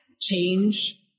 change